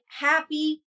happy